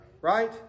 Right